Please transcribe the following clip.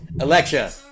Alexa